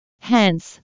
Hence